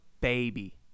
baby